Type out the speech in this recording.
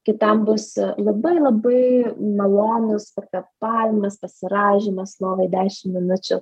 kitam bus labai labai malonus pakvėpavimas pasirąžymas lovoj dešim minučių